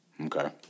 Okay